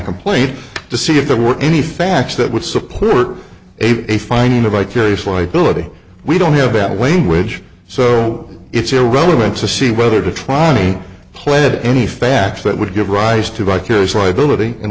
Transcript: complaint to see if there were any facts that would support a finding a vicarious liability we don't have bad language so it's irrelevant to see whether twining pled any facts that would give rise to vicarious liability and